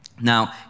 Now